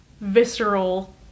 visceral